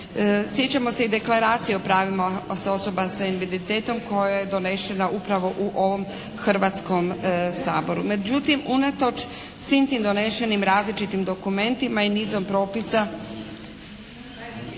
Sjećamo se i Deklaracije o pravima osoba sa invaliditetom koja je donešena upravo u ovom Hrvatskom saboru. Međutim unatoč svim tim donešenim različitim dokumentima i nizom propisa